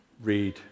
Read